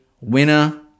winner